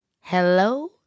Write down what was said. Hello